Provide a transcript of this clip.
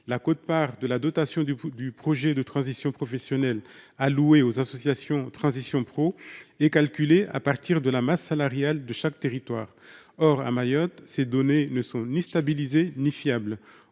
la quote-part de la dotation du, du projet de transition professionnelle alloués aux associations transition pro est calculé à partir de la masse salariale de chaque territoire. Or à Mayotte. Ces données ne sont ni stabiliser ni fiables